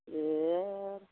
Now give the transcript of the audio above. ए